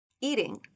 Eating